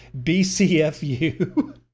BCFU